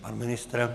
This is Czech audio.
Pan ministr?